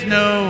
no